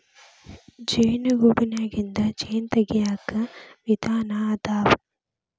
ಜೇನು ಗೂಡನ್ಯಾಗಿಂದ ಜೇನ ತಗಿಯಾಕ ವಿಧಾನಾ ಅದಾವ